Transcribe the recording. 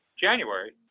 january